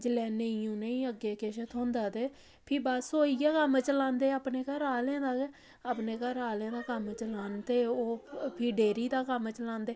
जेल्लै नेईं उ'नें गी अग्गें किश थ्होंदा ते फ्ही बस ओह् इ'यै कम्म चलांदे अपने घरा आह्लें दा गै अपने घरा आह्लें दा कम्म चलांदे ओह् ओह् फ्ही डेयरी दा कम्म चलांदे